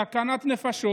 סכנת נפשות.